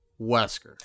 Wesker